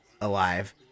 alive